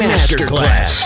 Masterclass